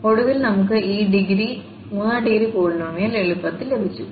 ഒടുവിൽ നമുക്ക് ഈ മൂന്നാം ഡിഗ്രി പോളിനോമിയൽ എളുപ്പത്തിൽ ലഭിച്ചു